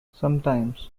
sometimes